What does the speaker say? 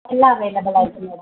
എല്ലാം അവൈലബിളാരിക്കും മേഡം